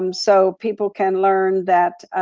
um so people can learn that,